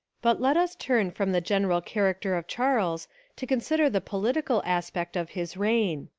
but let us turn from the general character of charles to consider the political aspect of his reign.